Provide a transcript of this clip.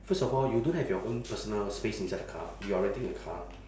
first of all you don't have your own personal space inside the car you are renting a car